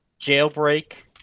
Jailbreak